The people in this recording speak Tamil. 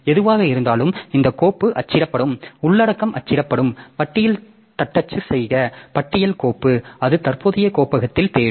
எதுவாக இருந்தாலும் இந்த கோப்பு அச்சிடப்படும் உள்ளடக்கம் அச்சிடப்படும் பட்டியல் தட்டச்சு செய்க பட்டியல் கோப்பு அது தற்போதைய கோப்பகத்தில் தேடும்